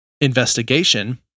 investigation